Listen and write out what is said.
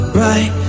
right